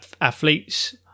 athletes